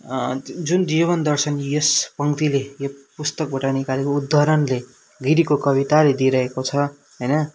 जुन जीवन दर्शन यस पङ्क्तिले यो पुस्तकबाट निकालेको उदाहरणले गिरीको कविताले दिइरहेको छ होइन